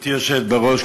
גברתי היושבת בראש,